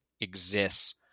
exists